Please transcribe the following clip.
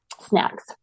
snacks